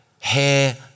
hair